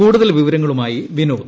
കൂടുതൽ വിവരങ്ങളുമായി വിനോദ്